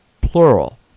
plural